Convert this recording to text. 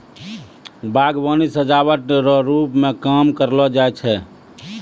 बागवानी सजाबट रो रुप मे काम करलो जाय छै